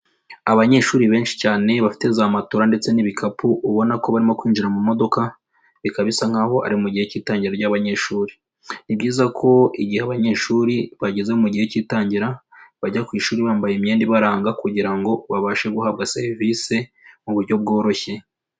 Abanyeshuri benshi cyane bafite za matora ndetse n'ibikapu, ubona ko barimo kwinjira mu modoka, bikaba bisa nk'aho ari mu gihe cy'itangirariro ry'abanyeshuri, ni byiza ko igihe abanyeshuri bageze mu gihe cy'itangira bajya ku ishuri bambaye imyenda ibaranga, kugira ngo babashe guhabwa serivisi mu buryo bworoshye.